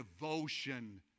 devotion